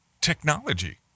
technology